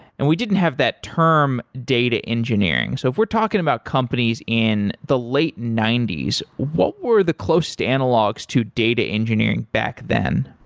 and we didn't have that term data engineering. so if we're talking about companies in the late ninety s, what were the closest analogs to data engineering back then?